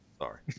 Sorry